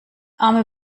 arme